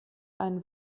einen